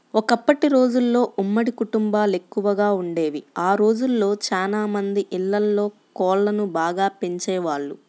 ఒకప్పటి రోజుల్లో ఉమ్మడి కుటుంబాలెక్కువగా వుండేవి, ఆ రోజుల్లో చానా మంది ఇళ్ళల్లో కోళ్ళను బాగా పెంచేవాళ్ళు